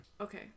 Okay